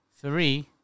three